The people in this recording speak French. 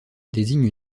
désigne